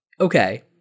okay